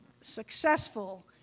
successful